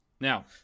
Now